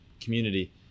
community